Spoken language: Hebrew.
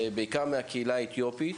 בעיקר מהקהילה האתיופית